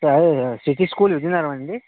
యాయియా city school Vizianagaram ఆ అండీ